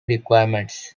requirements